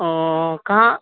کہاں